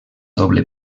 doble